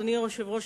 אדוני היושב-ראש,